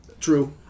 true